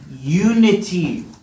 unity